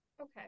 Okay